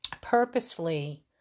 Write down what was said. purposefully